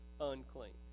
unclean